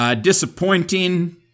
Disappointing